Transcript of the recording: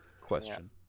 question